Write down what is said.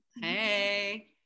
Hey